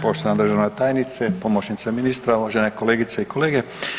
Poštovana državna tajnice, pomoćnice ministra, uvažene kolegice i kolege.